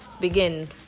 begin